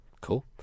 cool